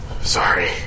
Sorry